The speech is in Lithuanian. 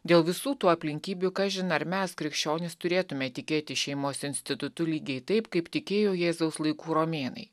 dėl visų tų aplinkybių kažin ar mes krikščionys turėtume tikėti šeimos institutu lygiai taip kaip tikėjo jėzaus laikų romėnai